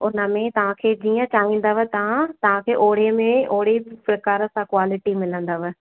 हुन में तव्हांखे जीअं चाहींदव तव्हां तव्हांखे ओड़े में ओड़ी प्रकार सा क्वालिटी मिलंदव